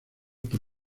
por